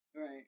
right